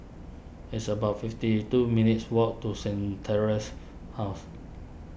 it's about fifty two minutes' walk to Saint theresa's House